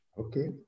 Okay